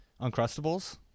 Uncrustables